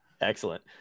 Excellent